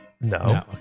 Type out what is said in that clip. No